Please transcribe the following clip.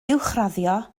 uwchraddio